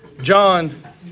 John